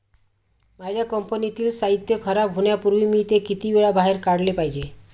माझ्या कंपनीतील साहित्य खराब होण्यापूर्वी मी ते किती वेळा बाहेर काढले पाहिजे?